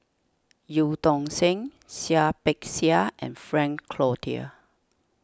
Eu Tong Sen Seah Peck Seah and Frank Cloutier